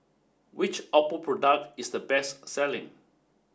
which Oppo product is the best selling